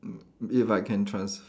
m~ if I can trans~